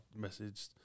messaged